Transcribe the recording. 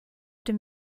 dem